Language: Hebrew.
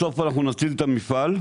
בסוף נציל את המפעל,